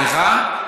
סליחה?